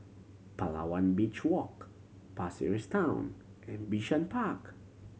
Palawan Beach Walk Pasir Ris Town and Bishan Park